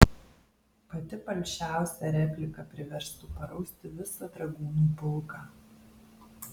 pati palšiausia replika priverstų parausti visą dragūnų pulką